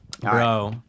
bro